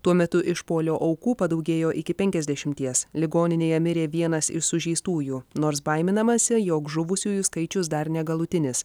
tuo metu išpuolio aukų padaugėjo iki penkiasdešimties ligoninėje mirė vienas iš sužeistųjų nors baiminamasi jog žuvusiųjų skaičius dar negalutinis